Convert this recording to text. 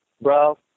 bro